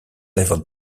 level